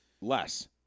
less